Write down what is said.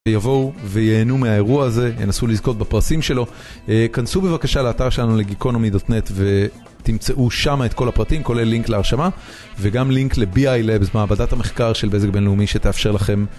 יבואו וייהנו מהאירוע הזה, ינסו לזכות בפרסים שלו. כנסו בבקשה לאתר שלנו, ל-geekonomy.net, ותמצאו שם את כל הפרטים, כולל לינק להרשמה, וגם לינק ל-BI Labs, מעבדת המחקר של בזק בינלאומי, שתאפשר לכם